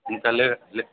ఇంత లే లె